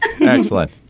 Excellent